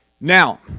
Now